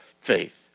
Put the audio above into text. faith